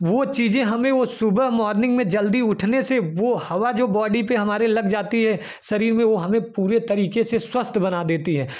वह चीज़ें हमें वह सुबह मॉर्निंग में जल्दी उठने से वह हवा जो बॉडी पर हमारे लग जाती है शरीर में वह हमें पूरे तरीके से स्वस्थ बना देती है